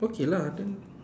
okay lah then